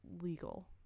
legal